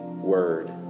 word